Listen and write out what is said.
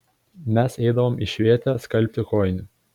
mes eidavom į švėtę skalbti kojinių